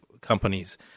companies